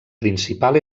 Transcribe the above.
principal